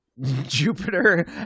Jupiter